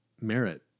merit